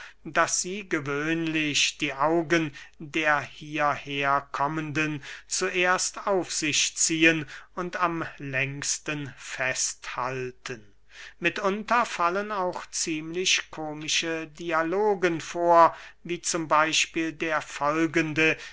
daß sie gewöhnlich die augen der hierher kommenden zuerst auf sich ziehen und am längsten festhalten mitunter fallen auch ziemlich komische dialogen vor wie z b der folgende